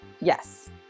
Yes